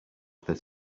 that